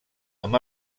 amb